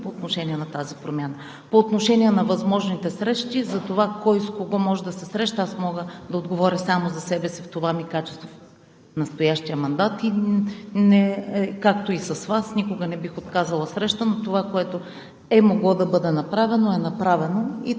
по отношение на тази промяна По отношение на възможните срещи, затова кой с кого може да се среща, аз мога да отговоря само за себе си, в това ми качество – настоящия мандат. С Вас никога не бих отказала среща, но това, което е могло да бъде направено, е направено и такъв